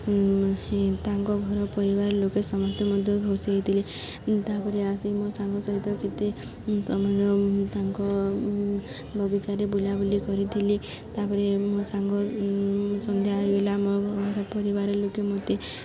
ତାଙ୍କ ଘର ପରିବାର ଲୋକେ ସମସ୍ତେ ମଧ୍ୟ ଖୁସି ହୋଇଥିଲେ ତା'ପରେ ଆସି ମୋ ସାଙ୍ଗ ସହିତ କେତେ ତାଙ୍କ ବଗିଚାରେ ବୁଲାବୁଲି କରିଥିଲି ତା'ପରେ ମୋ ସାଙ୍ଗ ସନ୍ଧ୍ୟା ହୋଇଗଲା ମୋ ଘର ପରିବାର ଲୋକେ ମୋତେ